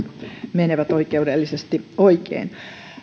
menevät oikeudellisesti oikein